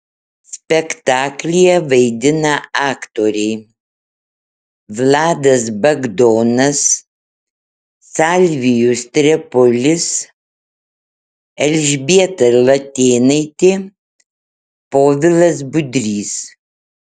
spektaklyje vaidina aktoriai vladas bagdonas salvijus trepulis elžbieta latėnaitė povilas budrys